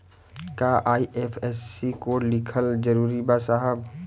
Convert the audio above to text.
का IFSC code लिखल जरूरी बा साहब?